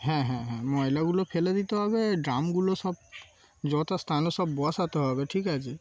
হ্যাঁ হ্যাঁ হ্যাঁ ময়লাগুলো ফেলে দিতে হবে ড্রামগুলো সব যথাস্থানেও সব বসাতে হবে ঠিক আছে